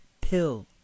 pill